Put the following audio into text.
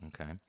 Okay